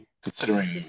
Considering